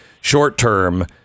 short-term